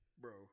bro